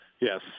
Yes